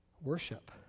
worship